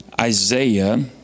Isaiah